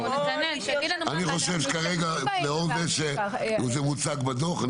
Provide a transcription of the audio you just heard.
אני חושב שקדימה לאור זה שזה מוצג בדוח,